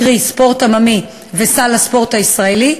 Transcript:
קרי ספורט עממי וסל הספורט הישראלי.